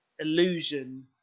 illusion